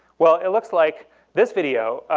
well, it looks like this video,